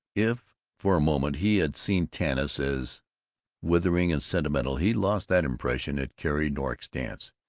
if for a moment he had seen tanis as withering and sentimental, he lost that impression at carrie nork's dance.